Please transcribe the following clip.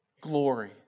glory